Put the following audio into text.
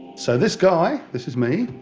so this guy, this is me,